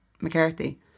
McCarthy